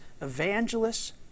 evangelists